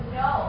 no